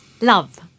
love